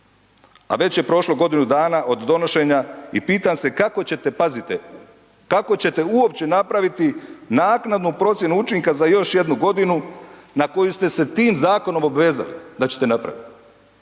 A već je prošlo godinu dana od donošenja i pitam se kako ćete, pazite, kako ćete uopće napraviti naknadnu procjenu učinka za još jednu godinu na koju ste se tim zakonom obvezali da ćete napraviti?